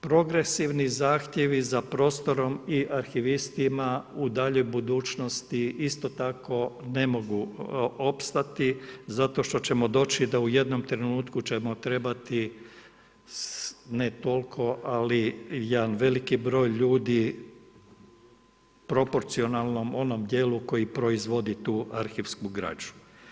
Progresivni zahtjevi i prostorom i arhivistima u daljoj budućnosti isto tako ne mogu opstati zato što ćemo doći da u jednom trenutku ćemo trebati ne toliko ali jedan veliki broj ljudi proporcionalnom onom djelu koji proizvodi tu arhivsku građu.